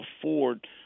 afford